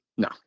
No